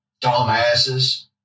dumbasses